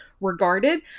regarded